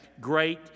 great